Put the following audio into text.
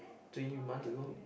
two you month ago